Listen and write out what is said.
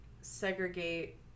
segregate